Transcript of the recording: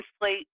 plate